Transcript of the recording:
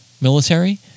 military